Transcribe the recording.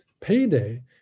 payday